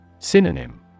Synonym